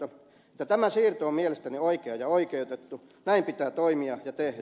tämä siirto on mielestäni oikea ja oikeutettu näin pitää toimia ja tehdä